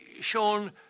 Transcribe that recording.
Sean